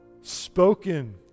spoken